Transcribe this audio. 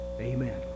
amen